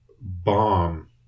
bomb